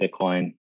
Bitcoin